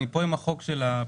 אני פה עם החוק של הפיקוח,